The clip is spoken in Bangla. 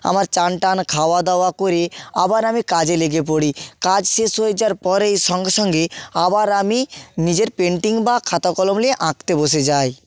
আমার স্নান টান খাওয়া দাওয়া করে আবার আমি কাজে লেগে পড়ি কাজ শেষ হয়ে যাওয়ার পরেই সঙ্গে সঙ্গে আবার আমি নিজের পেন্টিং বা খাতা কলম নিয়ে আঁকতে বসে যাই